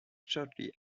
shortly